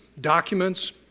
documents